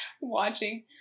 watching